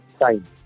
time